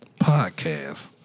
podcast